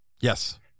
Yes